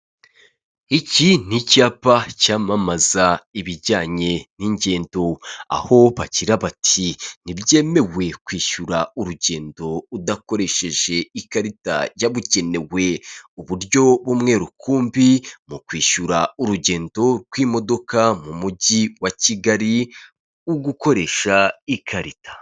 Iki n'icyapa cyamamaza ibijyanye n'ingendo, aho bagira bati ntibyemewe kwishyura urugendo udakoresheje ikarita yabukenenewe, uburyo bumwe rukumbi mu kwishyura urugendo rw'imodoka mu mujyi wa Kigali ugukoresha ikarita.